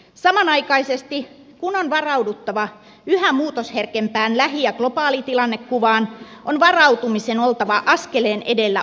samanaikaisesti kun on varauduttava yhä muutosherkempään lähi ja globaalitilannekuvaan on varautumisen oltava askeleen edellä uhkakuvia